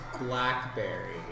blackberry